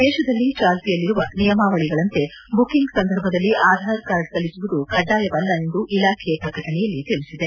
ದೇಶದಲ್ಲಿ ಚಾಲ್ತಿಯಲ್ಲಿರುವ ನಿಯಮಾವಳಿಗಳಂತೆ ಬುಕಿಂಗ್ ಸಂದರ್ಭದಲ್ಲಿ ಆಧಾರ್ ಕಾರ್ಡ್ ಸಲ್ಲಿಸುವುದು ಕಡ್ಡಾಯವಲ್ಲ ಎಂದು ಇಲಾಖೆ ಪ್ರಕಟಣೆಯಲ್ಲಿ ತಿಳಿಸಿದೆ